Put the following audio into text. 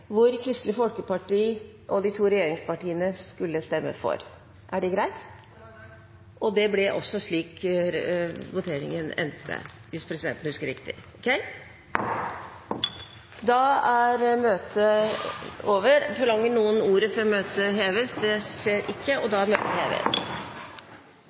hvor Kristelig Folkeparti og de to regjeringspartiene skulle stemme for. Er det greit? Det er greit. Det ble også slik voteringen endte, hvis presidenten husker riktig. Da er dagens kart ferdigbehandlet. Forlanger noen ordet før møtet heves? – Møtet er hevet.